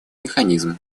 механизм